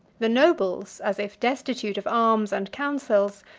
the nobles, as if destitute of arms and counsels,